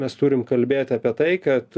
mes turim kalbėt apie tai kad